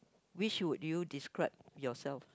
which would you describe yourself